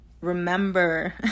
remember